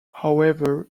however